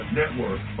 network